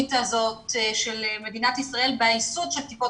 הרעיונית הזו של מדינת ישראל בייסוד טיפות